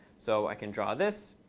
so i can draw this.